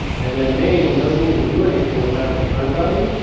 and then main doesn't even do anything with that return value.